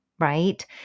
Right